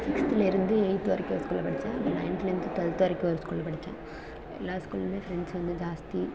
சிக்ஸ்த்துலேருந்து எயிட்த் வரைக்கும் ஒரு ஸ்கூலில் படித்தேன் அப்புறம் நைன்த்துலேருந்து ட்வெல்த் வரைக்கும் ஒரு ஸ்கூலில் படித்தேன் எல்லா ஸ்கூல்லேயுமே ஃப்ரெண்ட்ஸ் வந்து ஜாஸ்தி